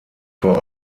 vor